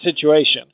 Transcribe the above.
situation